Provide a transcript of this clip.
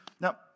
Now